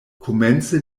komence